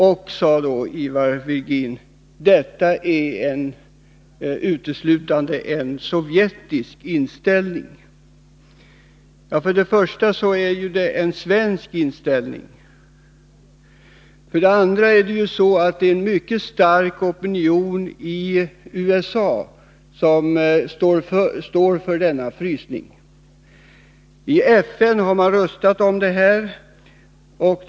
Det är, sade Ivar Virgin, uteslutande en sovjetisk inställning. För det första är det ju en svensk inställning! För det andra är det en mycket stark opinion i USA som vill ha till stånd en frysning. I FN har man röstat om den här saken.